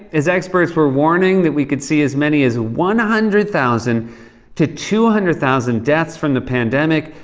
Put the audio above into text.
as experts were warning that we could see as many as one hundred thousand to two hundred thousand deaths from the pandemic,